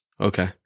Okay